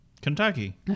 Kentucky